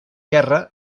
guerra